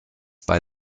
bei